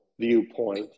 viewpoint